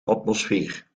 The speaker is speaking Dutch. atmosfeer